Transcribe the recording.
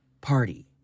party